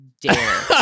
dare